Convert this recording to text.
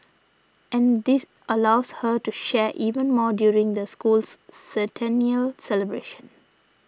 and this allows her to share even more during the school's centennial celebrations